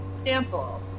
example